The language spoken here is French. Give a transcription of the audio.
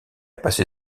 passé